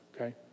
Okay